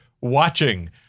watching